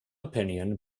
opinion